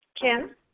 Kim